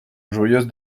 joyeuse